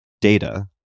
data